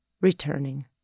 returning